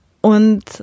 und